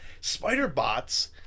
spider-bots